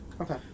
Okay